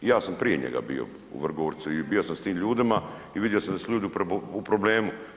Ja sam prije njega bio u Vrgorcu i bio sam s tim ljudima i vidio sam da su ljudi u problemu.